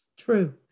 True